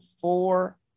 four